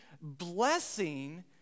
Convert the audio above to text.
blessing